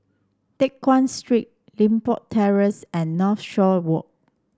Teck Guan Street Limbok Terrace and Northshore Walk